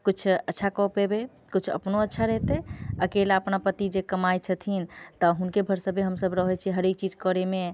किछु अच्छा कऽ पैबै किछु अपनो अच्छा रहते अकेला अपना पति जे कमाइ छथिन तऽ हुनके भरोसे पर हम सभ रहै छियै हरेक चीज करैमे